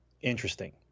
interesting